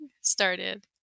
started